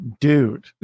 dude